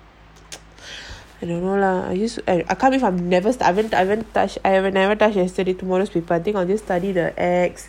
I don't know lah I use and I can't if I've never I haven't I haven't touched I will never touch yesterday tomorrow's paper I think I will just study the ex~